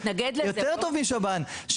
יותר טוב משב"ן,